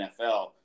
NFL